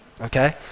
okay